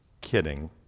kidding